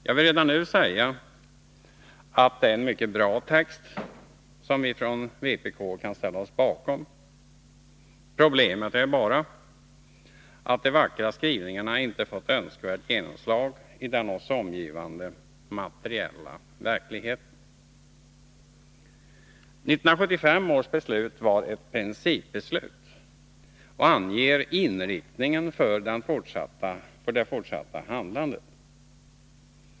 Jag vill redan nu säga att det är en mycket bra text, som vi från vpk kan ställa oss bakom. Problemet är bara att de vackra skrivningarna inte fått önskvärt genomslag i den oss omgivande materiella verkligheten. 1975 års beslut var ett principbeslut och anger inriktningen för det fortsatta handlandet.